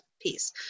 piece